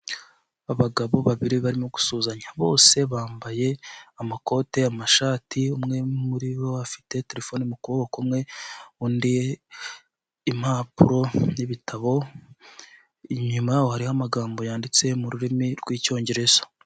Abagabo babiri barimo gusuhuzanya, bose bambaye amakoti, amashati, umwe muri bo afite telefone mu kuboko kumwe, undi impapuro n'ibitabo, inyuma yabo hariho amagambo yanditse mu rurimi rw'icyongereza.